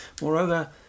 Moreover